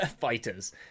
Fighters